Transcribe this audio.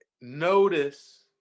Notice